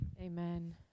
Amen